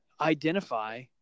identify